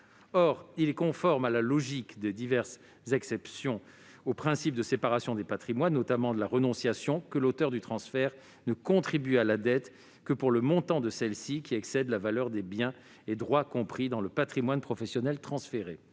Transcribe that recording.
Or il est conforme à la logique des diverses exceptions au principe de séparation des patrimoines, notamment de la renonciation, que l'auteur du transfert ne contribue à la dette que pour le montant de celle-ci qui excède la valeur des biens et droits compris dans le patrimoine professionnel transféré.